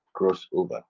crossover